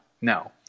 no